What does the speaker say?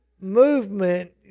movement